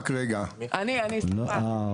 אני, אני, סליחה.